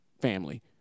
family